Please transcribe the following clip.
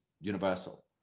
universal